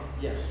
Yes